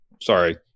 Sorry